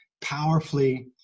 powerfully